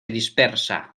dispersa